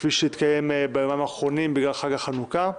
כפי שהתקיים ביומיים האחרונים בגלל חג החנוכה.